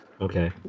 Okay